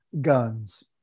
guns